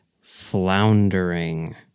Floundering